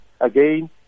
again